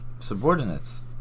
subordinates